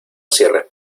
cierre